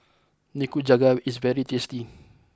Nikujaga is very tasty